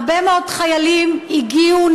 הרבה מאוד חיילים הגיעו,